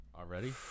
Already